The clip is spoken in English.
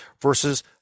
versus